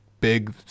big